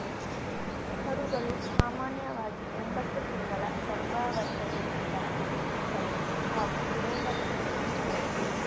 ಕರುಗಳು ಸಾಮನ್ಯವಾಗಿ ಒಂಬತ್ತು ತಿಂಗಳ ಗರ್ಭಾವಸ್ಥೆಯ ನಂತರ ಹುಟ್ಟುತ್ತವೆ ಹಾಗೂ ಬೇಗ ಎದ್ದು ನಿಲ್ತದೆ